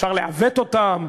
אפשר לעוות אותן,